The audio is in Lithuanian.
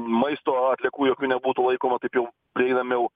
maisto atliekų jokių nebūtų laikoma taip jau prieinamiau